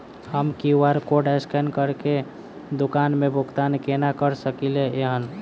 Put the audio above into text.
हम QR code scan करके दुकान मे भुगतान केना करऽ सकलिये एहन?